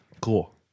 cool